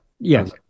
Yes